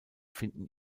finden